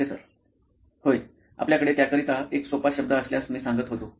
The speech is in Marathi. प्रोफेसर होय आपल्याकडे त्याकरिता एक सोपा शब्द असल्यास मी सांगत होतो